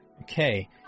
Okay